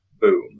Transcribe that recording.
Boom